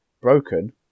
broken